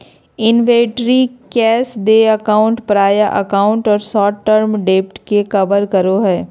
inventory cash देय account प्राप्य account और शॉर्ट टर्म डेब्ट के कवर करो हइ